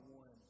one